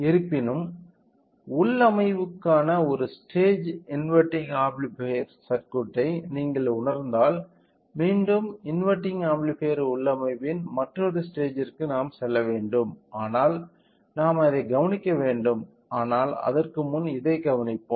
இருப்பினும் உள்ளமைவுக்கான ஒரு ஸ்டேஜ் இன்வெர்டிங் ஆம்ப்ளிஃபையர் சர்க்குயிட்டை நீங்கள் உணர்ந்தால் மீண்டும் இன்வெர்டிங் ஆம்ப்ளிஃபையர் உள்ளமைவின் மற்றொரு ஸ்டேஜ்ற்கு நாம் செல்ல வேண்டும் ஆனால் நாம் அதைக் கவனிக்க வேண்டும் ஆனால் அதற்கு முன் இதை கவனிப்போம்